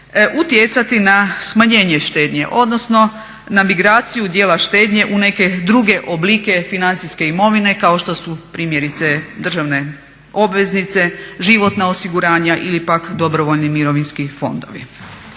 utjecati na smanjenje štednje odnosno na migraciju dijela štednje u neke druge oblike financijske imovine kao što su primjerice državne obveznice, životna osiguranja ili pak dobrovoljni mirovinski fondovi.